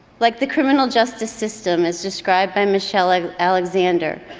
like the criminal justice system as described by michelle ah um alexander,